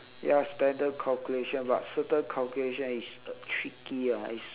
ya standard calculation but certain calculation is tricky ah is